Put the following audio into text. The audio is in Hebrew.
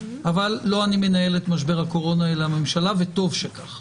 אבל לא אני מנהל את משבר הקורונה אלא הממשלה וטוב שכך.